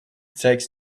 takes